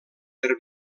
per